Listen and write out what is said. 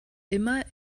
immer